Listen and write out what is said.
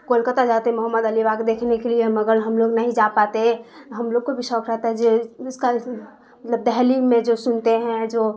کولکاتہ جاتے محمد علی باغ دیکھنے کے لیے مگر ہم لوگ نہیں جا پاتے ہم لوگ کو بھی شوق رہتا ہے جس کا مطلب دہلی میں جو سنتے ہیں جو